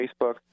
Facebook